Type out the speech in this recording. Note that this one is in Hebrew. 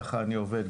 ככה אני עובד.